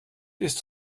ist